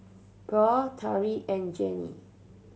Purl Tariq and Janie